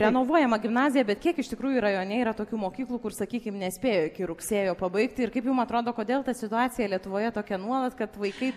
renovuojama gimnazija bet kiek iš tikrųjų rajone yra tokių mokyklų kur sakykim nespėjo iki rugsėjo pabaigti ir kaip jum atrodo kodėl ta situacija lietuvoje tokia nuolat kad vaikai